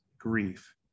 grief